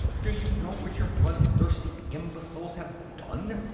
do you know what you blood-thirsty imbeciles have done?